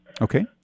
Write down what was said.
Okay